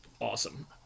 awesome